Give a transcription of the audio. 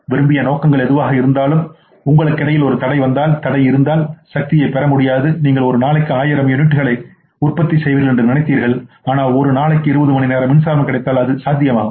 விரும்பிய நோக்கங்கள் எதுவாக இருந்தாலும் உங்களுக்கிடையில் ஒரு தடை இருந்தால் சக்தியைப் பெற முடியாது நீங்கள் ஒரு நாளைக்கு 1000 யூனிட்களை உற்பத்தி செய்வீர்கள் என்று நினைத்தீர்கள் ஆனால்ஒரு நாளைக்கு 20 மணிநேரம்மின்சாரம் கிடைத்தால் அது சாத்தியமாகும்